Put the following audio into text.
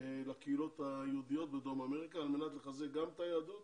לקהילות היהודיות בדרום אמריקה על מנת לחזק גם את היהדות